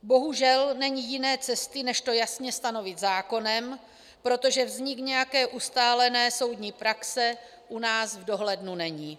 Bohužel není jiné cesty, než to jasně stanovit zákonem, protože zvyk nějaké ustálené soudní praxe u nás v dohlednu není.